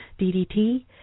DDT